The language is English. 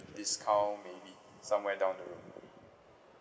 discount maybe somewhere down the road